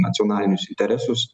nacionalinius interesus